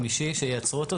החמישי שייצרו אותו,